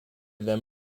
them